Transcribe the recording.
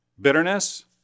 bitterness